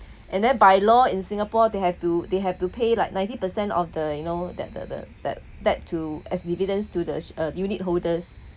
and then by law in singapore they have to they have to pay like ninety percent of the you know that the that back to as dividends to the uh unit holders